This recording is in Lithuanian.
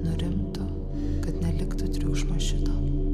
nurimtų kad neliktų triukšmo šito